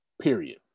period